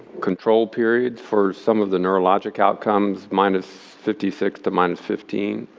control period for some of the neurologic outcomes minus fifty six to minus fifteen.